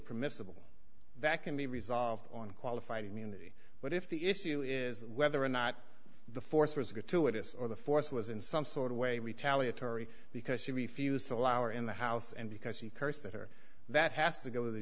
permissible that can be resolved on qualified immunity but if the issue is whether or not the force was gratuitous or the force was in some sort of way retaliatory because she refused to allow or in the house and because she cursed at her that has to go to the